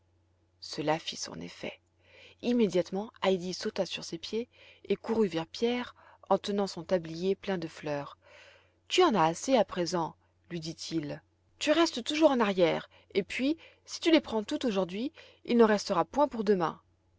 cela fit son effet immédiatement heidi sauta sur ses pieds et courut vers pierre en tenant son tablier plein de fleurs tu en as assez à présent lui dit-il tu restes toujours en arrière et puis si tu les prends toutes aujourd'hui il n'en restera point pour demain